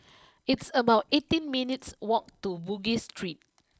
it's about eighteen minutes walk to Bugis Street